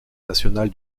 national